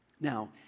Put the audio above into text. Now